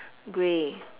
grey